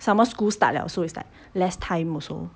some more school start liao so it's like less time also